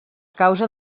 causa